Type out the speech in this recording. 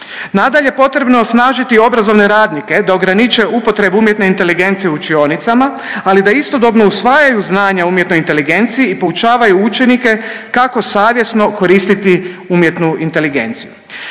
Nadalje, potrebno je osnažiti obrazovne radnike da ograniče upotrebu umjetne inteligencije u učionicama, ali da istodobno usvajaju znanja o umjetnoj inteligenciji i poučavaju učenike kako savjesno koristiti umjetnu inteligenciju.